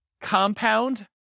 compound